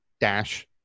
dash